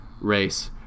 race